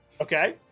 Okay